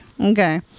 Okay